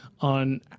on